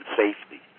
safety